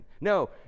No